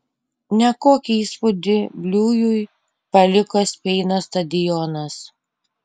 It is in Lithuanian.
nekokį įspūdį bliujui paliko speino stadionas